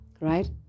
right